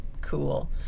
Cool